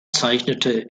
zeichnete